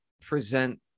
present